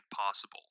possible